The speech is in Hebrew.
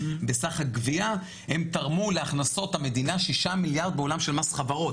בסך הגבייה הן תרמו להכנסות המדינה 6 מיליארד בעולם של מס חברות.